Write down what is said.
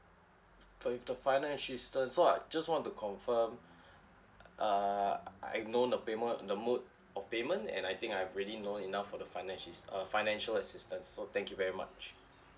for the financial assistance so I just want to confirm err I know the payment uh the mode of payment and I think I've already know enough for the finance uh financial assistance so thank you very much